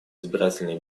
избирательные